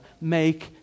make